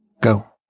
go